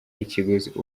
ikiguzi